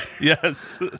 Yes